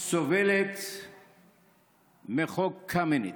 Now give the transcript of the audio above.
סובלת מחוק קמיניץ,